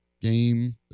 game